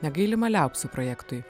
negailima liaupsių projektui